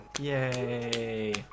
Yay